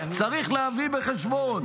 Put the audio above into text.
צריך להביא בחשבון,